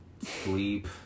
sleep